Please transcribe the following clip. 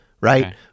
right